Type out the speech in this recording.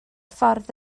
ffordd